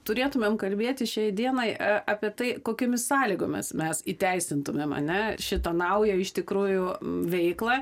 turėtumėm kalbėti šiai dienai apie tai kokiomis sąlygomis mes įteisintumėm ane šitą naują iš tikrųjų veiklą